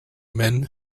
men